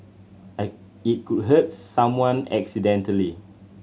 it could hurt someone accidentally